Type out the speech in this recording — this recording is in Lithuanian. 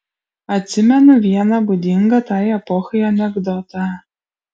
atsimenu vieną būdingą tai epochai anekdotą